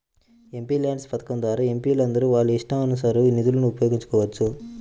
MPLADS పథకం ద్వారా ఎంపీలందరూ వాళ్ళ ఇష్టానుసారం నిధులను ఉపయోగించుకోవచ్చు